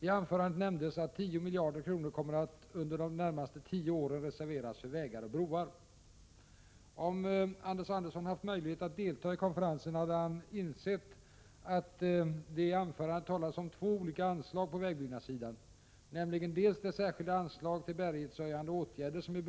I anförandet nämndes att 10 miljarder kronor kommer att under de närmaste 10 åren reserveras för vägar och broar. Om Anders Andersson haft möjlighet att delta i konferensen hade han insett att det i anförandet talades om två olika anslag på vägbyggnadssidan, nämligen dels det särskilda anslag till bärighetshöjande åtgärder som i = Prot.